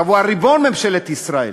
היא הריבון, ממשלת ישראל,